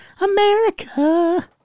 America